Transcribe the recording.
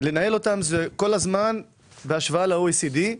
כל הזמן בהשוואה ל-OECD,